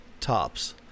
tops